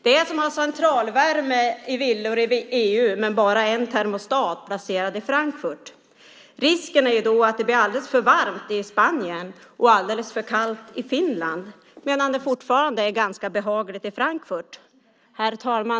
Det är som att ha centralvärme i villor i EU men bara en termostat, placerad i Frankfurt. Risken är då att det blir alldeles för varmt i Spanien och alldeles för kallt i Finland, medan det fortfarande är ganska behagligt i Frankfurt.